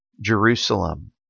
Jerusalem